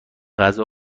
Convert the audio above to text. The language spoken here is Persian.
غذا